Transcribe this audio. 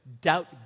doubt